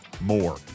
more